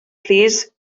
plîs